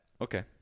Okay